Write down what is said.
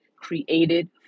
created